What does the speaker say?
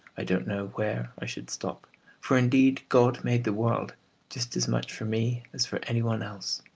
i don't know where i should stop for, indeed, god made the world just as much for me as for any one else.